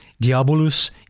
Diabolus